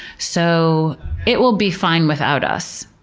so it will be fine without us.